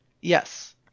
Yes